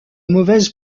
mauvaise